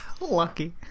lucky